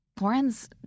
Lauren's